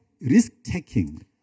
risk-taking